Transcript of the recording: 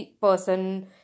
person